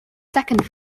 second